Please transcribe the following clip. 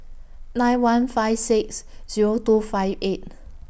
nine one five six Zero two five eight